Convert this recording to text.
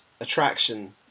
attraction